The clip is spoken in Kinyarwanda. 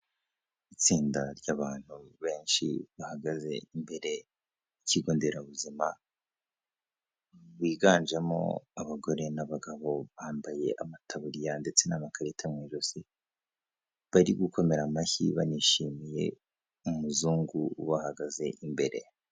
Itsinda ry'abantu benshi bahagaze imbere y'ikigo nderabuzima, biganjemo abagore n'abagabo bambaye amataburiya ndetse n'amakarita mu ijosi, bari gukomera amashyi banishimiye umuzungu ubahagaze imbere.